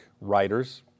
writers